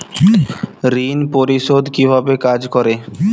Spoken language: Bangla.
ঋণ পরিশোধ কিভাবে কাজ করে?